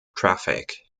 traffic